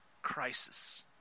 crisis